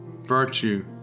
virtue